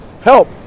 help